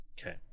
Okay